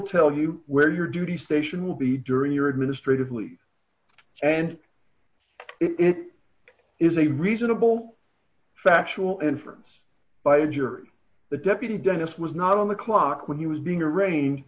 tell you where your duty station will be during your administrative leave and it is a reasonable factual inference by a jury the deputy dentist was not on the clock when he was being arraigned